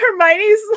Hermione's